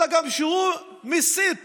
אלא שהוא גם מסית